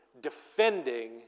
defending